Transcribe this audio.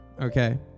okay